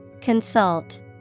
Consult